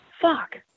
fuck